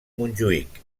montjuïc